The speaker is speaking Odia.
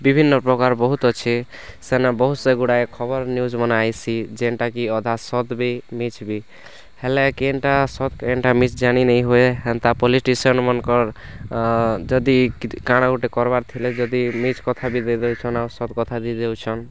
ବିଭିନ୍ନପ୍ରକାର୍ ବହୁତ୍ ଅଛେ ସେନେ ବହୁତ୍ ସେ ଗୁଡ଼ାଏ ଖବର୍ ନ୍ୟୁଜ୍ମାନେ ଆଇସି ଯେନ୍ଟାକି ଅଧା ସତ୍ ବି ମିଛ୍ ବି ହେଲେ କେନ୍ଟା ସତ୍ କେନ୍ଟା ମିଛ୍ ଜାନିନେଇଁ ହୁଏ ହେନ୍ତା ପୋଲିସ୍ ଷ୍ଟେସନ୍ମାନଙ୍କର୍ ଯଦି କି କାଣା ଗୁଟେ କର୍ବାର୍ ଥିଲେ ଜଦି ମିଛ୍ କଥା ବି ଦେଇ ଦେଉଛନ୍ ଆଉ ସତ୍ କଥା ଦେଇ ଦେଉଛନ୍